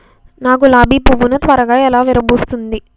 నా గులాబి పువ్వు ను త్వరగా ఎలా విరభుస్తుంది?